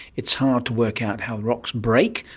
it's hard to work out how rocks break.